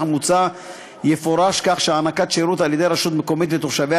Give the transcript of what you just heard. המוצע יפורש כך שהענקת שירות על-ידי רשות מקומית לתושביה